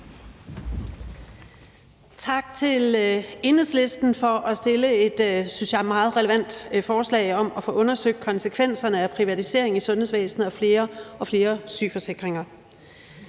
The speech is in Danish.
Tak til Enhedslisten for at fremsætte et, synes jeg, meget relevant forslag om at få undersøgt konsekvenserne af privatisering i sundhedsvæsenet og flere og flere sygeforsikringer.